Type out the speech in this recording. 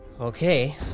Okay